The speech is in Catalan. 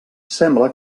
sembla